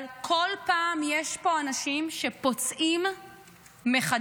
אבל כל פעם יש פה אנשים שפוצעים מחדש,